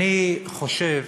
אני חושב